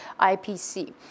IPC